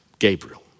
Gabriel